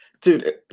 dude